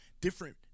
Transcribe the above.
different